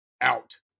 out